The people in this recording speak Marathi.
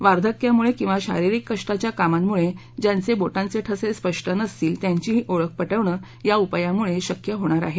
वार्धक्यामुळे किंवा शारीरिक कष्टाच्या कामांमुळे ज्यांचे बोटांचे ठसे स्पष्ट नसतील त्यांचीही ओळख पटवणं या उपायामुळे शक्य होणार आहे